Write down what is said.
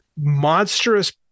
monstrous